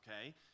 okay